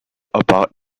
about